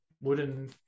wooden